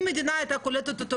אם המדינה הייתה קולטת אותו,